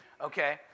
Okay